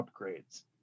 upgrades